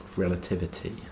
Relativity